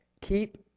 keep